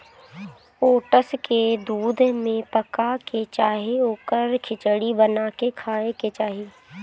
oats के दूध में पका के चाहे ओकर खिचड़ी बना के खाए के चाही